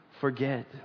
forget